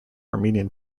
armenian